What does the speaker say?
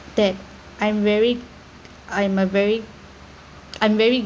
that I'm very I'm a very I'm very